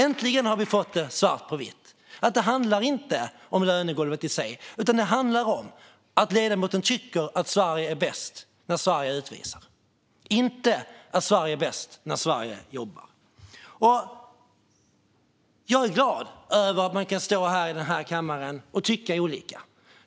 Äntligen har vi fått det svart på vitt att det inte handlar om lönegolvet i sig utan om att ledamoten tycker att Sverige är bäst när Sverige utvisar, inte att Sverige är bäst när Sverige jobbar. Jag är glad över att man kan tycka olika i denna kammare.